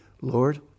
Lord